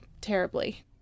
terribly